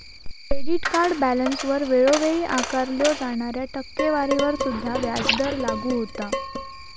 credit card बॅलन्सवर वेळोवेळी आकारल्यो जाणाऱ्या टक्केवारीवर सुद्धा व्याजदर लागू होता